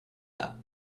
app